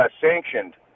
sanctioned